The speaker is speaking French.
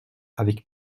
avec